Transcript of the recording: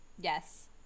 Yes